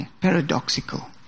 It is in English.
Paradoxical